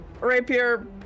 Rapier